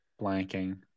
blanking